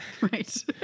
Right